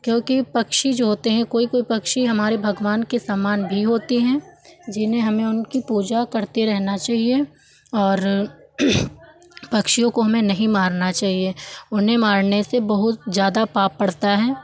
क्योंकि पक्षी जो होते हैं कोई कोई पक्षी हमारे भगवान के समान भी होते हैं जिन्हें हमें उनकी पूजा करते रहनी चाहिए और पक्षियों को हमें नहीं मारना चाहिए उन्हें मारने से बहुत ज़्यादा पाप पड़ता है